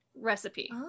recipe